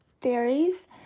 theories